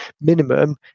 Minimum